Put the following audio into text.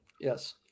Yes